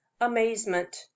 amazement